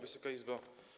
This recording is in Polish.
Wysoka Izbo!